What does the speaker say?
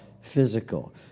physical